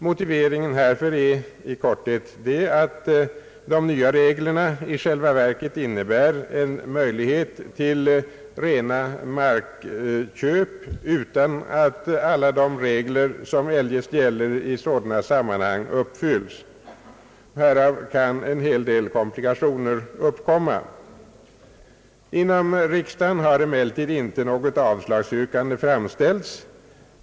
Motiveringen härför är i korthet, att de nya reglerna i själva verket innebär en möjlighet till rena markköp utan att alla de regler som eljest gäller i sådana sammanhang uppfylls. Härav kan en hel del komplikationer uppstå. Inom riksdagen har emellertid inte något avslagsyrkande framställts.